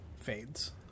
fades